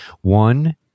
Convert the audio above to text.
One